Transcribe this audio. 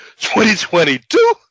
2022